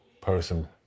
person